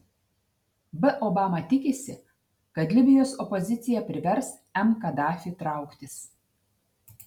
b obama tikisi kad libijos opozicija privers m kadafį trauktis